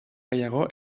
gehiago